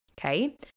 okay